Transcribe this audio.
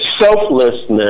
selflessness